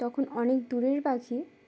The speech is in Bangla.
তখন অনেক দূরের পাখি